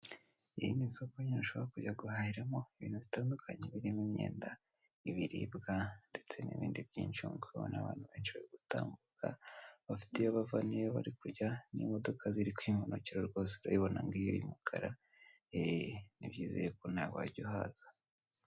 Iyi ni isoko nyine ushobora kujya guhahiramo, ibintu bitandukanye birimo imyenda, ibiriribwa ndetse n'ibindi byinshi ukabona abantu benshi baritagumbuka ba bafite iyo bava niyo barikujya n'imodoka ziri kwimanukira rwose urayibona ngiyo y'u mukara umukara eee nibyizeye ko nawe wajya uhaza.